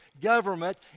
government